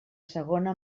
segona